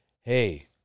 hey